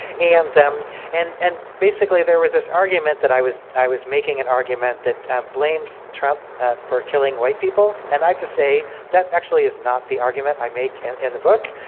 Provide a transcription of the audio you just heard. and um and and basically there was this argument that i was i was making an argument that blames trump for killing white people. and i have to say that actually is not the argument i make in and the book.